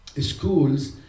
schools